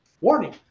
warning